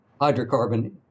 hydrocarbon